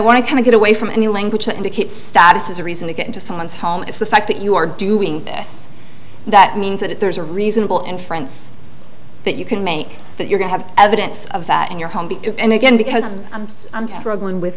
want to kind of get away from any language that indicates status as a reason to get into someone's home is the fact that you are doing this that means that there's a reasonable inference that you can make that you're going have evidence of that in your home and again because i'm struggling with